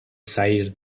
sair